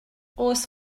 oes